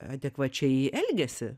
adekvačiai elgiasi